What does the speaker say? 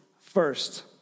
first